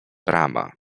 brama